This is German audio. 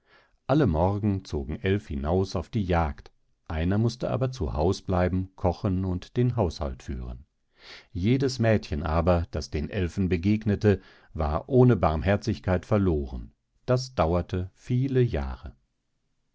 alle morgen zogen elf hinaus auf die jagd einer mußte aber zu haus bleiben kochen und den haushalt führen jedes mädchen aber das den eilfen begegnete war ohne barmherzigkeit verloren das dauerte viele jahre